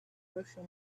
crucial